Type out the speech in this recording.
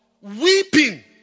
weeping